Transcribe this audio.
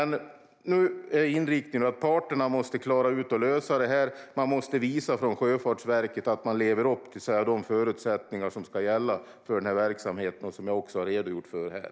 Nu är inriktningen att parterna måste klara ut och lösa detta. Man måste från Sjöfartsverket visa att man lever upp till de förutsättningar som ska gälla för verksamheten och som jag också har redogjort för här.